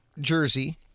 jersey